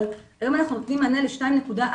אבל היום אנחנו נותנים מענה הרבה ל-2.4%.